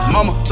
Mama